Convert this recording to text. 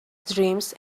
dreams